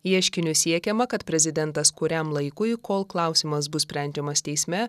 ieškiniu siekiama kad prezidentas kuriam laikui kol klausimas bus sprendžiamas teisme